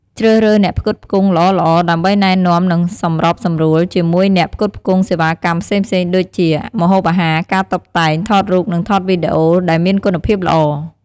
ជ្រើសរើសអ្នកផ្គត់ផ្គង់ល្អៗ ដើម្បីណែនាំ និងសម្របសម្រួលជាមួយអ្នកផ្គត់ផ្គង់សេវាកម្មផ្សេងៗដូចជា ម្ហូបអាហារ ការតុបតែង ថតរូប និងថតវីដេអូ ដែលមានគុណភាពល្អ។